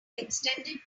extended